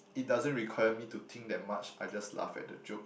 it doesn't require me to think that much I just laugh at the jokes